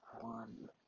one